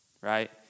right